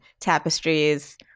tapestries